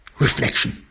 reflection